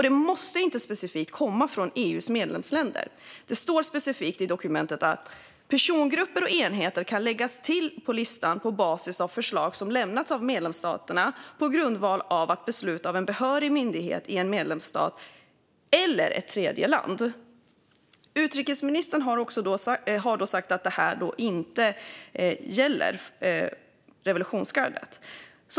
Det måste inte heller komma från EU:s medlemsländer, utan det står specifikt i dokumentet att persongrupper och enheter kan läggas till på listan på basis av förslag som lämnats av medlemsstaterna på grundval av ett beslut av en behörig myndighet i en medlemsstat eller ett tredjeland. Utrikesministern har alltså sagt att detta inte gäller revolutionsgardet.